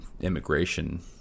immigration